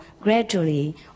gradually